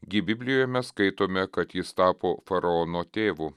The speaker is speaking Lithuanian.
gi biblijoj mes skaitome kad jis tapo faraono tėvu